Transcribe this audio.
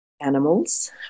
animals